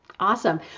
Awesome